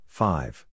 five